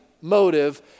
motive